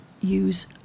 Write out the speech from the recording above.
use